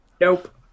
Nope